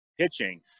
pitching